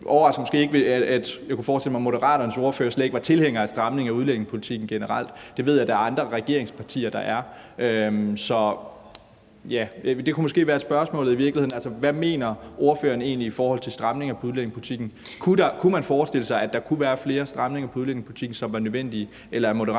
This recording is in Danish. internationale konventioner. Jeg kunne forestille mig, at Moderaternes ordfører slet ikke var tilhænger af stramninger af udlændingepolitikken generelt. Det ved jeg at der er andre regeringspartier der er. Så spørgsmålet kunne måske i virkeligheden være, hvad ordføreren egentlig mener i forhold til stramninger af udlændingepolitikken. Kunne man forestille sig, at der kunne være flere stramninger af udlændingepolitikken, som var nødvendige, eller er Moderaterne